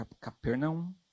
Capernaum